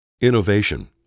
Innovation